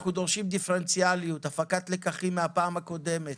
אנחנו דורשים דיפרנציאליות והפקדת לקחים מהפעם הקודמת.